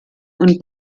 und